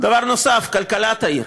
דבר נוסף כלכלת העיר.